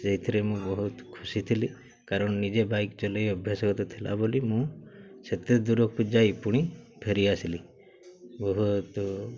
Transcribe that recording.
ସେଇଥିରେ ମୁଁ ବହୁତ ଖୁସି ଥିଲି କାରଣ ନିଜେ ବାଇକ୍ ଚଲେଇ ଅଭ୍ୟାସଗତ ଥିଲା ବୋଲି ମୁଁ ସେତେ ଦୂରକୁ ଯାଇ ପୁଣି ଫେରି ଆସିଲି ବହୁତ